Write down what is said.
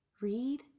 read